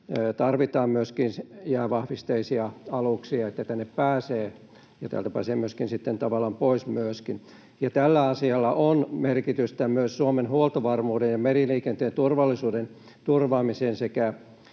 ja täältä pääsee myöskin sitten pois. Tällä asialla on merkitystä myös Suomen huoltovarmuuden ja meriliikenteen turvallisuuden turvaamisen sekä